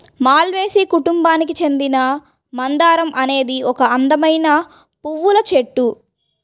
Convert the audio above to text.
మాల్వేసి కుటుంబానికి చెందిన మందారం అనేది ఒక అందమైన పువ్వుల చెట్టు